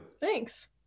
thanks